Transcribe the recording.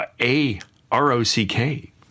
A-R-O-C-K